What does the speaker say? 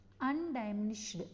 undiminished